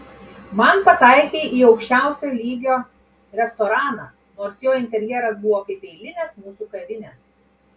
mat pataikei į aukščiausio lygio restoraną nors jo interjeras buvo kaip eilinės mūsų kavinės